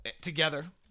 together